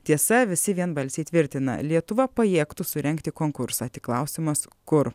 tiesa visi vienbalsiai tvirtina lietuva pajėgtų surengti konkursą tik klausimas kur